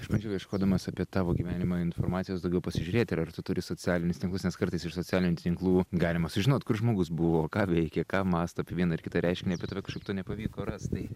iš pradžių ieškodamas apie tavo gyvenimą informacijos daugiau pasižiūrėt ir ar tu turi socialinius tinklus nes kartais iš socialinių tinklų galima sužinot kur žmogus buvo ką veikė ką mąsto apie vieną ar kitą reiškinį apie tave kažkaip to nepavyko rast tai